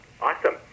awesome